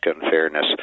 unfairness